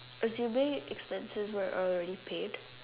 assuming expenses are already paid